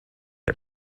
are